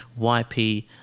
YP